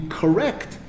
correct